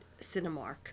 Cinemark